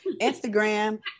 Instagram